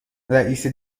رئیس